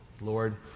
Lord